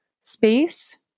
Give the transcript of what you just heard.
space